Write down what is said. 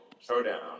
showdown